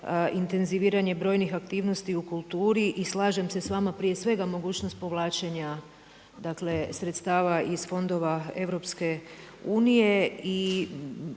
intenziviranje brojnih aktivnosti u kulturi. I slažem se s vama prije svega mogućnost povlačenja dakle sredstava iz fondova EU. I ja